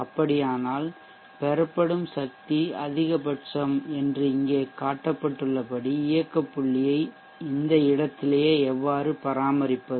அப்படியானால் பெறப்படும் சக்தி அதிகபட்சம் என்று இங்கே காட்டப்பட்டுள்ளபடி இயக்க புள்ளியை இந்த இடத்திலேயே எவ்வாறு பராமரிப்பது